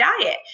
diet